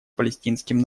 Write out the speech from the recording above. палестинским